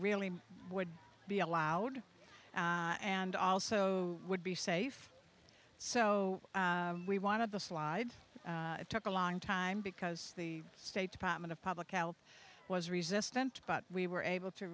really would be allowed and also would be safe so we wanted the slides it took a long time because the state department of public health was resistant but we were able to